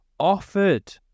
Offered